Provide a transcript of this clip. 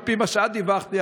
על פי מה שאת דיווחת לי,